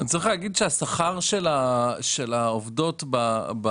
אני צריך להגיד שהשכר של העובדות בבעלויות